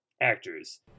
actors